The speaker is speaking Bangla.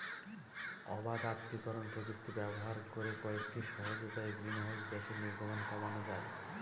অবাত আত্তীকরন প্রযুক্তি ব্যবহার করে কয়েকটি সহজ উপায়ে গ্রিনহাউস গ্যাসের নির্গমন কমানো যায়